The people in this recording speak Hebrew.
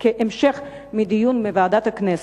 המשך מדיון בוועדת הכנסת,